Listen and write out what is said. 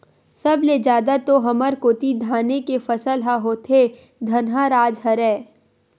सब ले जादा तो हमर कोती धाने के फसल ह होथे धनहा राज हरय